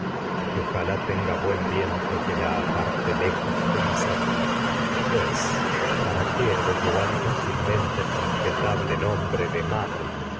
y ojalá tenga buen que la aparte lejos de mis ojos pues para qué ha de llevar inútilmente el respetable nombre de madre